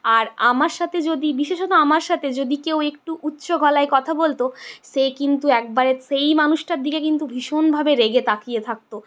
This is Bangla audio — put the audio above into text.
আর আমার সাথে যদি বিশেষত আমার সাথে যদি কেউ একটু উচ্চ গলায় কথা বলতো সে কিন্তু একবারে সেই মানুষটার দিকে কিন্তু ভীষণভাবে রেগে তাকিয়ে থাকতো